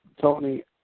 Tony